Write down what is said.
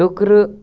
ٹُکرٕ